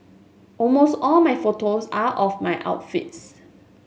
almost all my photos are of my outfits